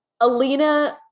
Alina